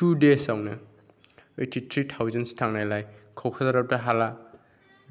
two डेसआवनो eighty three थावजेन्डसो थांनायलाय क'क्राझारवथ' हाला